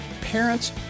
parents